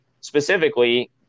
specifically